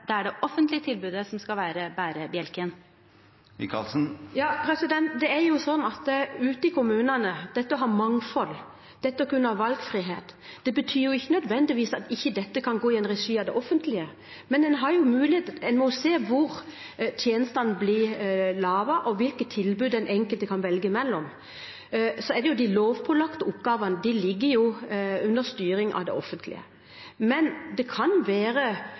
er det offentlige tilbudet som skal være bærebjelken? Det er slik ute i kommunene at det å ha mangfold, det å kunne ha valgfrihet, ikke nødvendigvis betyr at det ikke kan være i regi av det offentlige. Men en må se på hvor tjenestene blir laget, og hvilke tilbud den enkelte kan velge mellom. De lovpålagte oppgavene ligger under det offentlige, men det kan være